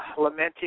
lamenting